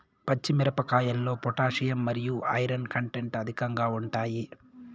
పచ్చి మిరపకాయల్లో పొటాషియం మరియు ఐరన్ కంటెంట్ అధికంగా ఉంటాయి